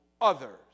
others